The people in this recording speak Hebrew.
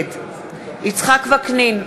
נגד יצחק וקנין,